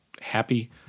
happy